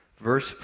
Verse